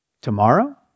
Tomorrow